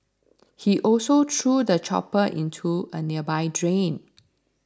he also threw the chopper into a nearby drain